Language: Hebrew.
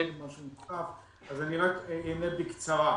אז אני רק אענה בקצרה.